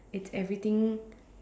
it's everything